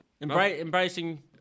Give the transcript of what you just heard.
embracing